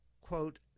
quote